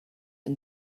and